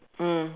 mm